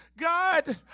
God